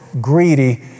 greedy